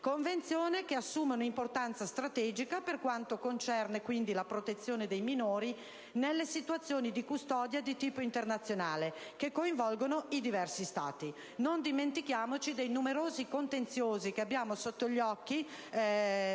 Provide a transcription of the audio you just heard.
Convenzione; essa assume quindi un'importanza strategica per quanto concerne la protezione dei minori nelle situazioni di custodia di tipo internazionale che coinvolgono i diversi Stati. Non dimentichiamo i numerosi contenziosi, sotto gli occhi